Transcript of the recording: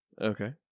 Okay